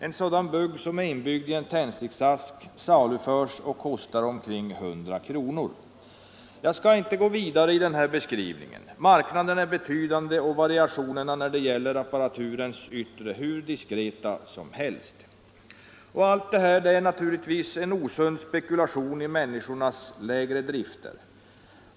En sådan bug inbyggd i en tändsticksask saluförs och kostar omkring 100 kr. Jag skall inte gå vidare med den här beskrivningen. Marknaden är betydande och variationerna när det gäller apparaturens diskreta yttre hur många som helst. Allt detta är naturligtvis osund spekulation i människornas lägre drifter.